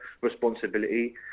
responsibility